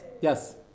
Yes